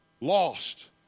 Lost